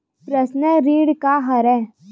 Personal ऋण का हरय?